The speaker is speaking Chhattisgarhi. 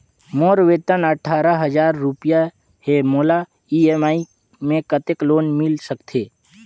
मोर वेतन अट्ठारह हजार रुपिया हे मोला ई.एम.आई मे कतेक लोन मिल सकथे?